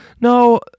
no